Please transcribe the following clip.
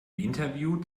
interview